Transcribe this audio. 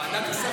ועדת כספים.